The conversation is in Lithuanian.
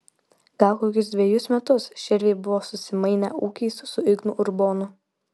gal kokius dvejus metus širviai buvo susimainę ūkiais su ignu urbonu